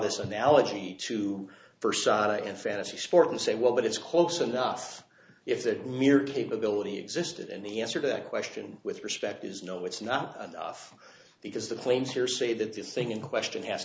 this analogy to first shot and fantasy sport and say well but it's close enough if that mere capability existed and the answer to that question with respect is no it's not enough because the claims here say that the thing in question has